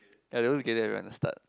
they always gather everyone at the start